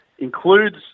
includes